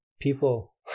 people